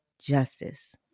justice